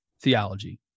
Theology